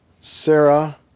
Sarah